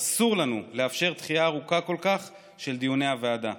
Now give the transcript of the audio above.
אסור לנו לאפשר דחייה ארוכה כל כך של דיוני הוועדה.